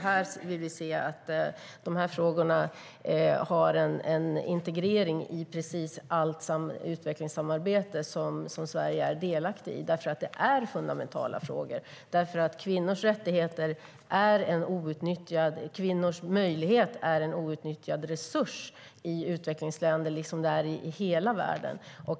Vi vill se att de här frågorna integreras i precis allt utvecklingssamarbete som Sverige är delaktigt i.Detta är fundamentala frågor, för kvinnors möjligheter är en outnyttjad resurs i utvecklingsländer liksom i hela världen.